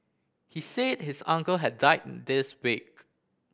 he said his uncle had died this week